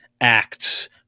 acts